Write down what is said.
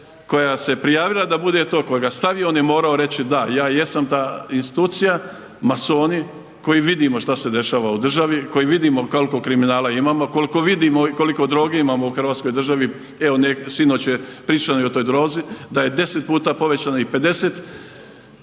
koja se prijavila da bude to. Tko ga je stavio on je morao reći da, ja jesam ta institucija masoni koji vidimo što se dešava u državi, koji vidimo koliko kriminala imamo, koliko vidimo koliko droge imamo u Hrvatskoj državi, evo sinoć je pričano o toj drozi da je 10 puta povećano i 50.